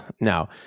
no